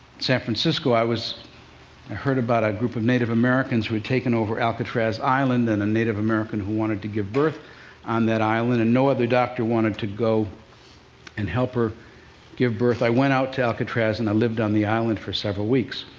san francisco, i heard about a group of native americans who had taken over alcatraz island, and a native american who wanted to give birth on that island, and no other doctor wanted to go and help her give birth. i went out to alcatraz, and i lived on the island for several weeks.